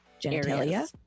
genitalia